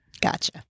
Gotcha